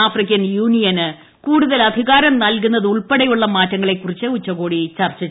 African യൂണിയന് കൂടുതൽ അധികാരം നൽകുന്നത് ഉൾപ്പെടെയുള്ള മാറ്റങ്ങളെക്കുറിച്ച് ഉച്ചകോടിയിൽ ചർച്ച ചെയ്യും